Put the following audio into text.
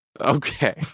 Okay